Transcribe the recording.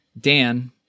Dan